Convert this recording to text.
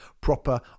proper